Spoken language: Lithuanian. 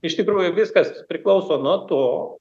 iš tikrųjų viskas priklauso nuo to